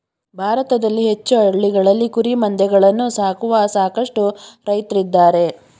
ಭಾರತದಲ್ಲಿ ಹೆಚ್ಚು ಹಳ್ಳಿಗಳಲ್ಲಿ ಕುರಿಮಂದೆಗಳನ್ನು ಸಾಕುವ ಸಾಕಷ್ಟು ರೈತ್ರಿದ್ದಾರೆ